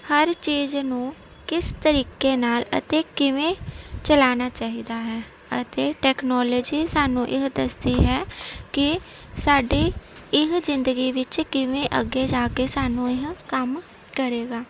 ਹਰ ਚੀਜ਼ ਨੂੰ ਕਿਸ ਤਰੀਕੇ ਨਾਲ ਅਤੇ ਕਿਵੇਂ ਚਲਾਉਣਾ ਚਾਹੀਦਾ ਹੈ ਅਤੇ ਟੈਕਨੋਲੋਜੀ ਸਾਨੂੰ ਇਹ ਦੱਸਦੀ ਹੈ ਕਿ ਸਾਡੇ ਇਹ ਜ਼ਿੰਦਗੀ ਵਿੱਚ ਕਿਵੇਂ ਅੱਗੇ ਜਾ ਕੇ ਸਾਨੂੰ ਇਹ ਕੰਮ ਕਰੇਗਾ